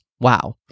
Wow